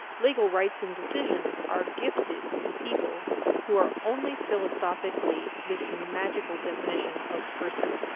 legal rights and decisions are gifted to people who are only philosophically this magical definition of person.